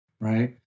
right